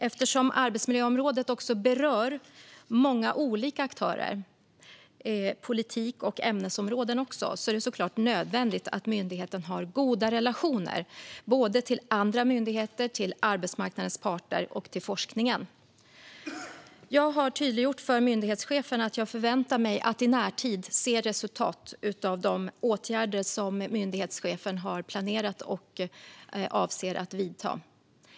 Eftersom arbetsmiljöområdet också berör många olika aktörer, och även politik och olika ämnesområden, är det såklart nödvändigt att myndigheten har goda relationer både till andra myndigheter, till arbetsmarknadens parter och till forskningen. Jag har tydliggjort för myndighetschefen att jag förväntar mig att i närtid se resultat av de åtgärder som myndighetschefen har planerat och avser att vidta.